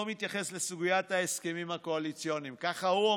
לא מתייחס לסוגיית ההסכמים הקואליציוניים" ככה הוא אומר.